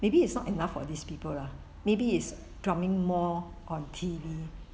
maybe it's not enough for these people lah maybe is drumming more on T_V